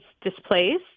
displaced